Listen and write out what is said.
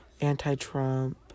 anti-Trump